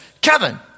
Kevin